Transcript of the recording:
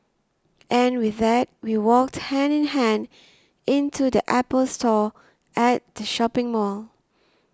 and with that we walked hand in hand into the Apple Store at the shopping mall